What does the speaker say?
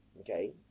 Okay